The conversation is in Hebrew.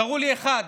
תראו לי אחד.